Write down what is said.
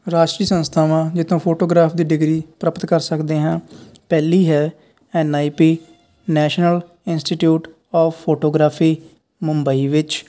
ਰਾਸ਼ਟਰੀ ਸੰਸਥਾਵਾਂ ਜਿਸ ਤੋਂ ਫੋਟੋਗ੍ਰਾਫ ਦੀ ਡਿਗਰੀ ਪ੍ਰਾਪਤ ਕਰ ਸਕਦੇ ਹਾਂ ਪਹਿਲੀ ਹੈ N I P national institute of photography Mumbai ਵਿੱਚ